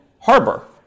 harbor